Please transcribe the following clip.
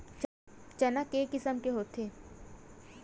चना के किसम के होथे?